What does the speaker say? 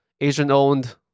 Asian-owned